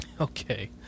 Okay